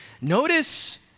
Notice